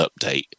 update